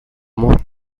mob